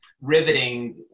riveting